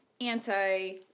anti